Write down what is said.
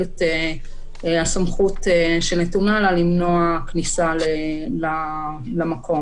את הסמכות שנתונה לה למנוע כניסה למקום,